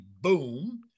boom